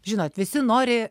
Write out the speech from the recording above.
žinot visi nori